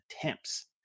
attempts